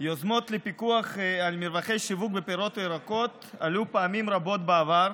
יוזמות לפיקוח על מרווחי שיווק בפירות או ירקות עלו פעמים רבות בעבר.